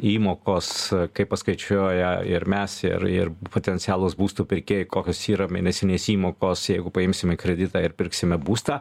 įmokos kai paskaičiuoja ir mes ir ir potencialūs būstų pirkėjai kokios yra mėnesinės įmokos jeigu paimsime kreditą ir pirksime būstą